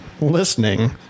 listening